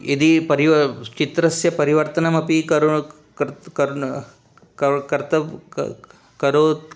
यदि परिचित्रस्य परिवर्तनमपि करो क् कर्त् कर्न् करो कर्तव् क् करोति